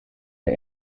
der